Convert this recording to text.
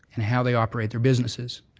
and how they operate their businesses.